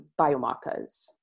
biomarkers